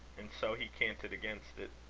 and so he canted against it.